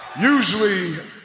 usually